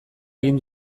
egin